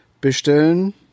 bestellen